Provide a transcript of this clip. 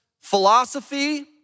philosophy